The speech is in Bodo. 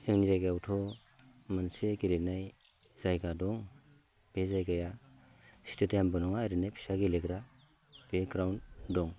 जोंनि जायगायावथ' मानसे गेलेनाय जायगा दं बे जायगाया स्टेडियामबो नङा ओरैनो फिसा गेलेनाय प्लेग्राउन्ड दं